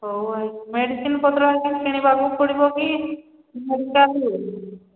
ହଉ ଭାଇ ମେଡିସିନ ପତ୍ର ହେରିକା କିଣିବାକୁ ପଡ଼ିବ କି ମେଡିକାଲରୁ